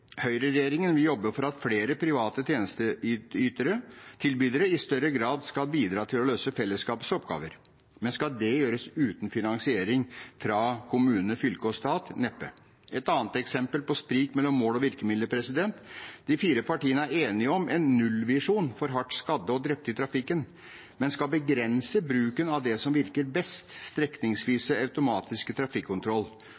Høyreregjeringen vil jobbe for at «flere private tjenestetilbydere i større grad kan bidra til å løse fellesskapets oppgaver». Men skal det gjøres uten finansiering fra kommune, fylke og stat? Neppe. Her er et annet eksempel på sprik mellom mål og virkemidler: De fire partiene er enige om «en nullvisjon for hardt skadde og drepte i trafikken», men skal begrense bruken av det som virker best,